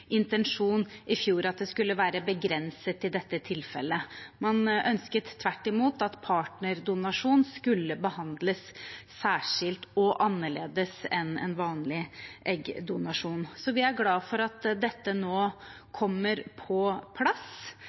intensjon i fjor at det skulle være begrenset til dette tilfellet. Man ønsket tvert imot at partnerdonasjon skulle behandles særskilt og annerledes enn vanlig eggdonasjon. Vi er glad for at dette nå kommer på plass,